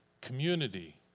community